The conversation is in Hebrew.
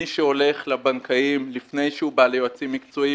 מי שהולך לבנקאים לפני שהוא בא ליועצים מקצועיים